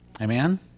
Amen